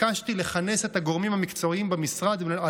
ביקשתי לכנס את הגורמים המקצועיים במשרד על